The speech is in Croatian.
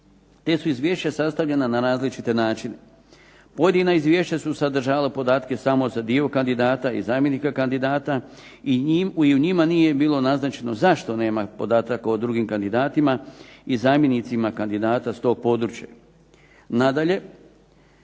te su izvješća sastavljena na različite načine. Pojedina izvješća su sadržavala podatke samo za dio kandidata i zamjenika kandidata i u njima nije bilo naznačeno zašto nemaju podataka o drugim kandidatima i zamjenicima kandidata s tog područja.